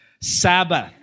Sabbath